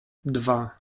dwa